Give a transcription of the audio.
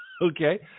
Okay